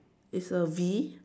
it's a V